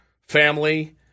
family